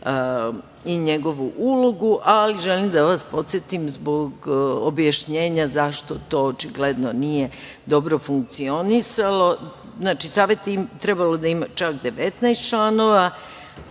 i njegovu ulogu, ali želim da vas podsetim zbog objašnjenja zašto to očigledno nije dobro funkcionisalo. Znači, savet bi trebalo da ima čak 19 članovi,